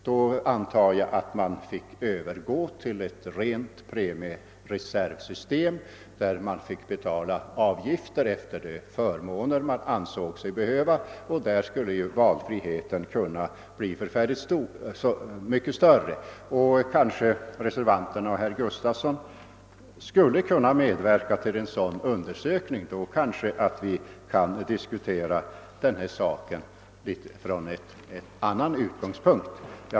Jag antar att man då fick övergå till ett rent premiereservsystem ,där man fick betala avgifter efter de förmåner som man anser sig behöva. Då skulle ju valfriheten kunna bli mycket större. Kanske reservanterna och herr Gustavsson skulle kunna medverka till en sådan undersökning. Vi skulle då kunna diskutera denna sak från en annan utgångspunkt.